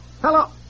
Hello